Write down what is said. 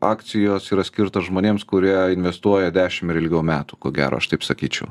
akcijos yra skirtos žmonėms kurie investuoja dešim ir ilgiau metų ko gero aš taip sakyčiau